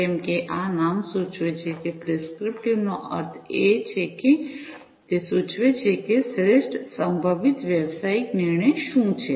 જેમ કે આ નામ સૂચવે છે કે પ્રિસ્ક્રિપ્ટીવ નો અર્થ છે કે તે સૂચવે છે કે શ્રેષ્ઠ સંભવિત વ્યવસાયિક નિર્ણય શું છે